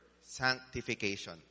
sanctification